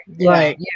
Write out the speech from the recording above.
Right